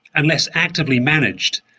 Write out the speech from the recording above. unless actively managed,